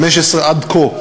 2015 ועד כה.